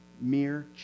mere